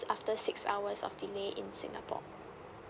after six hours of delay in singapore